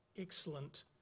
excellent